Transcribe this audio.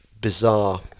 bizarre